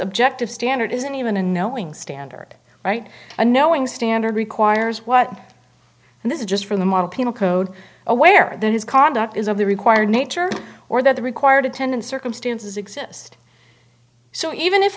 objective standard isn't even a knowing standard right and knowing standard requires what and this is just from the model penal code aware that his conduct is only required nature or that the required attendant circumstances exist so even if